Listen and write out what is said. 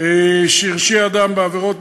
שהרשיע אדם בעבירות,